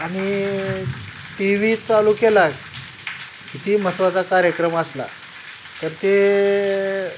आणि T V चालू केला कितीही महत्त्वाचा कार्यक्रम असला तर ते